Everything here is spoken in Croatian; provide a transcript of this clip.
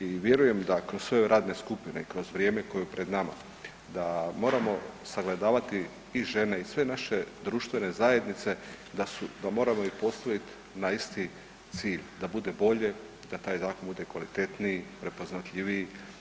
I vjerujem da svoje radne skupine, kroz vrijeme koje je pred nama da moramo sagledavati i žene i sve naše društvene zajednice da moramo ih postaviti na isti cilj, da bude bolje, da taj zakon bude kvalitetniji, prepoznatljiviji.